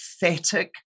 pathetic